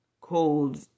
cold